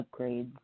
upgrades